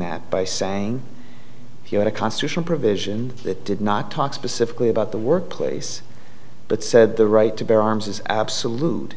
that by saying he had a constitutional provision that did not talk specifically about the workplace but said the right to bear arms is absolute